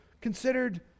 considered